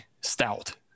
stout